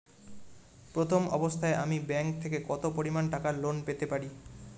প্রথম অবস্থায় আমি ব্যাংক থেকে কত পরিমান টাকা লোন পেতে পারি?